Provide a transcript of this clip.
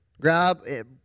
Grab